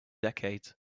decades